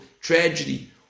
tragedy